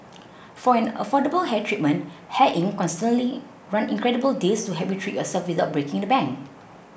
for an affordable hair treatment Hair Inc constantly run incredible deals to help you treat yourself without breaking the bank